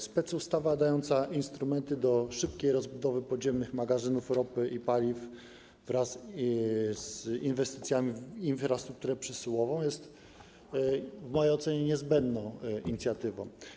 Specustawa dająca instrumenty służące do szybkiej rozbudowy podziemnych magazynów ropy i paliw wraz z inwestycjami w infrastrukturę przesyłową jest, w mojej ocenie, niezbędną inicjatywą.